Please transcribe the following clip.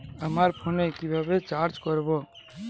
আমার ফোনে কিভাবে রিচার্জ করবো?